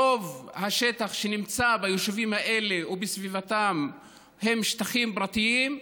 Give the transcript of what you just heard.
רוב השטחים שנמצאים ביישובים האלה ובסביבתם הם שטחים פרטיים,